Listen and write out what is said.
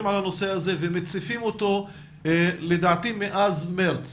על הנושא הזה ומציפים אותו לדעתי מאז חודש מארס